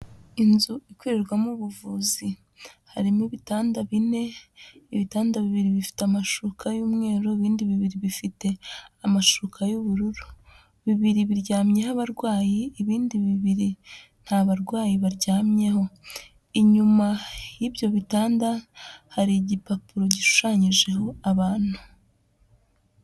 Inzu ikorerwamo ubuvuzi, harimo ibitanda bine, ibitanda bibiri bifite amashuka y'umweru, ibindi bibiri bifite amashuka y'ubururu, bibiri biryamyeho abarwayi, ibindi bibiri nta barwayi baryamyeho, inyuma y'ibyo bitanda, hari igipapuro gishushanyijeho abantu.